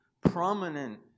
prominent